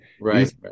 right